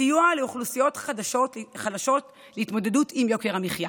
סיוע לאוכלוסיות חלשות בהתמודדות עם יוקר המחיה: